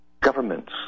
governments